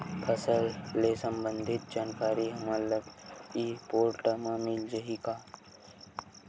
फसल ले सम्बंधित जानकारी हमन ल ई पोर्टल म मिल जाही का?